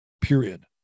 period